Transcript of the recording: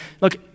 look